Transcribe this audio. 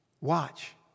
Watch